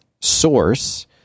source